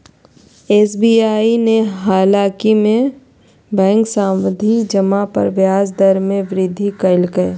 SBI ने हालही में बैंक सावधि जमा पर ब्याज दर में वृद्धि कइल्कय